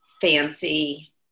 fancy